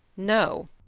no.